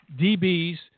DBs